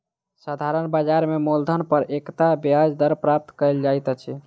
साधारण ब्याज में मूलधन पर एकता ब्याज दर प्राप्त कयल जाइत अछि